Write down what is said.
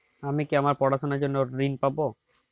আমি কি আমার পড়াশোনার জন্য ঋণ পাব?